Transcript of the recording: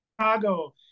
Chicago